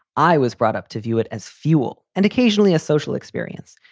i was brought up to view it as fuel and occasionally a social experience.